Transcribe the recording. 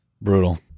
Brutal